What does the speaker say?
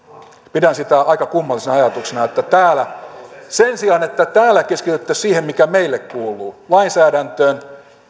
pidän sitä aika kummallisena ajatuksena että sen sijaan että täällä keskityttäisiin siihen mikä meille kuuluu lainsäädäntöön